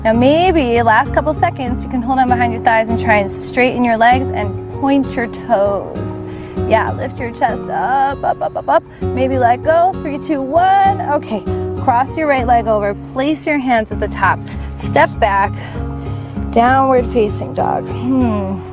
ah maybe the last couple seconds. you can hold on behind your thighs and try and straighten your legs and point your toes yeah, lift your chest up up up up up up. maybe let go for you two one okay cross your right leg over place your hands at the top step back downward facing dog.